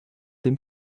dem